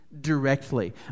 directly